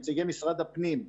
עם נציגי משרד הפנים,